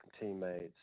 teammates